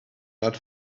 not